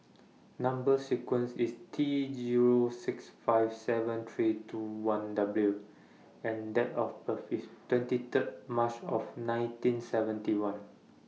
Number sequence IS T Zero six five seven three two one W and Date of birth IS twenty Third March of nineteen seventy one